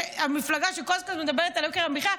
המפלגה שכל הזמן מדברת על יוקר המחיה,